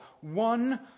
one